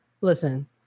Listen